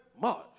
march